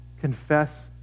Confess